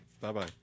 Bye-bye